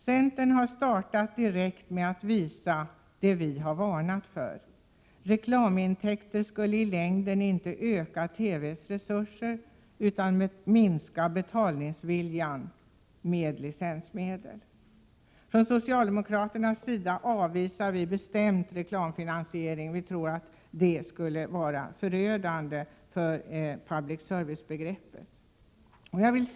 Centern har startat direkt med att visa det vi har varnat för. Reklamintäkter skulle nämligen i längden inte öka TV:s resurser utan minska betalningsviljan när det gäller licensmedel. Från socialdemokraternas sida avvisar vi bestämt reklamfinansiering. Vi tror att det skulle vara förödande för public servicebegreppet.